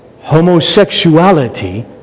homosexuality